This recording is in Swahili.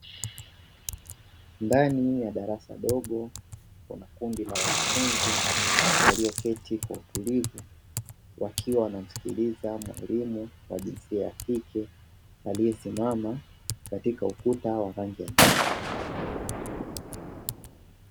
Ndani ya darasa dogo kuna kundi la wanafunzi walioketi kwa utulivu wakiwa wanamsikiliza mwalimu wa jinsia ya kike, aliyesimama katika ukuta wa rangi ya njano.